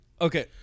Okay